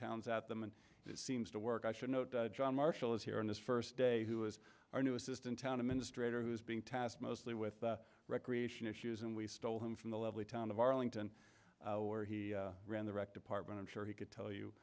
towns out them and it seems to work i should note john marshall is here in his first day who is our new assistant town administrator who's being tasked mostly with recreation issues and we stole him from the lovely town of arlington where he ran the rec department i'm sure he could tell you